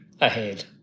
ahead